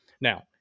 Now